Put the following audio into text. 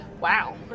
Wow